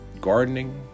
gardening